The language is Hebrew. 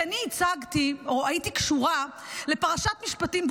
כי אני הצגתי או הייתי קשורה ל"פרשת משפטים,